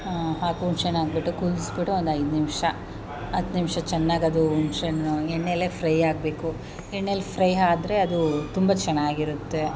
ಆಂ ಹಾಕಿ ಹುಣಸೇ ಹಣ್ಣು ಹಾಕ್ಬಿಟ್ಟು ಕುದಿಸ್ಬಿಟ್ಟು ಒಂದು ಐದು ನಿಮಿಷ ಹತ್ತು ನಿಮಿಷ ಚೆನ್ನಾಗಿ ಅದು ಹುಣಸೇ ಹಣ್ಣು ಎಣ್ಣೆಲೇ ಫ್ರೈ ಆಗಬೇಕು ಎಣ್ಣೆಲಿ ಫ್ರೈ ಆದ್ರೆ ಅದು ತುಂಬ ಚೆನ್ನಾಗಿರುತ್ತೆ